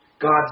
God's